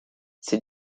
ces